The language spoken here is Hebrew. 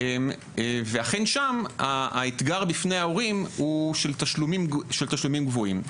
אכן שם האתגר בפני ההורים הוא של תשלומים גבוהים.